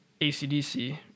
acdc